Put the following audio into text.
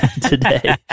today